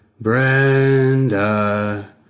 Brenda